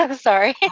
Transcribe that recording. sorry